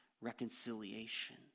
reconciliation